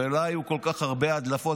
ולא היו כל כך הרבה הדלפות,